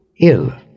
ill